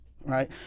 right